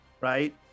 right